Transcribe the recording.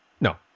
No